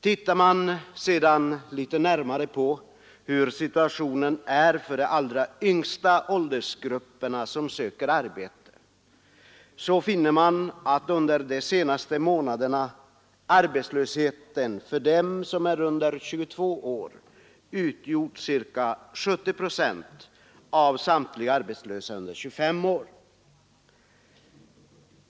Tittar man sedan litet närmare på hur situationen under de senaste månaderna har varit för de allra yngsta åldersgrupperna som söker arbete finner man att av samtliga arbetslösa under 25 år var ca 70 procent under 22 år.